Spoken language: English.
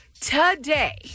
today